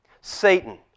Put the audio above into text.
Satan